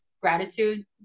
gratitude